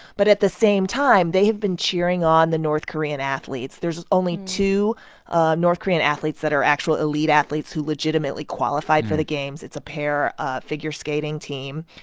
but at the same time, time, they have been cheering on the north korean athletes. there's only two ah north korean athletes that are actual elite athletes who legitimately qualified for the games. it's a pair ah figure skating team.